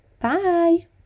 Bye